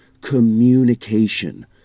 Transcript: Communication